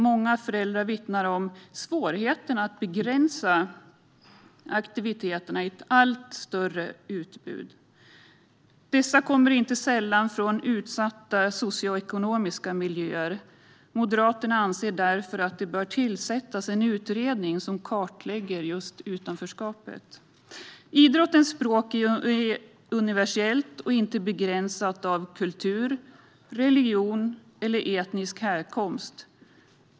Många föräldrar vittnar om svårigheter att begränsa dessa aktiviteter i ett allt större utbud. Dessa barn och ungdomar kommer inte sällan från utsatta socioekonomiska miljöer. Moderaterna anser därför att det bör tillsättas en utredning som kartlägger detta utanförskap. Idrottens språk är universellt och är inte begränsat av kultur, religion eller etnisk härkomst.